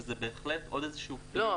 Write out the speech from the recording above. וזה בהחלט עוד איזה שהוא -- לא,